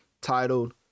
titled